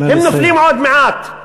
הם נופלים עוד מעט.